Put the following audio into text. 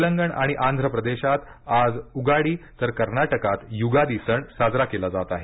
तेलंगण आणि आंध्र प्रदेशात आज उगाडी तर कर्नाटकात युगादी सण साजरा केला जात आहे